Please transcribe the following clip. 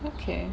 okay